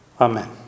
Amen